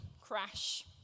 crash